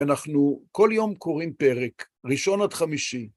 אנחנו כל יום קוראים פרק, ראשון עד חמישי.